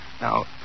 Now